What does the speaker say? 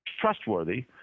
trustworthy